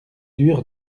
dur